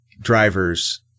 drivers